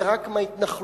זה רק מההתנחלויות.